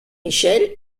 michel